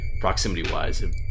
Proximity-wise